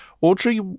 Audrey